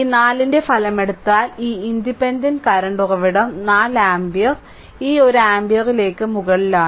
ഈ 4 ന്റെ ഫലമെടുത്താൽ ഈ ഇൻഡിപെൻഡന്റ് കറന്റ് ഉറവിടം 4 ആമ്പിയർ ഈ ഒരു ആമ്പിയറിലേക്ക് മുകളിലാണ്